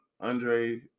Andre